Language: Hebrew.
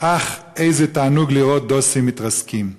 "אח, איזה תענוג לראות דוסים מתרסקים.